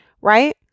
Right